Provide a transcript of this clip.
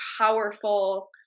powerful